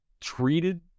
treated